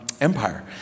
Empire